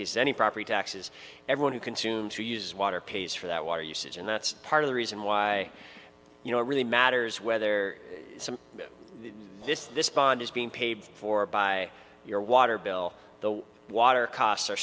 piece any property taxes everyone who consume to use water pays for that water usage and that's part of the reason why you know it really matters whether some this this pond is being paid for by your water bill the water costs are